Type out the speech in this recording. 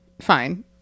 fine